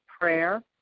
prayer